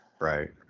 Right